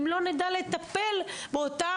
אם לא נדע לטפל באותם